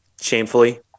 shamefully